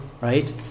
right